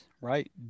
right